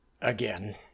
again